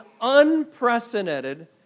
unprecedented